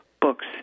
books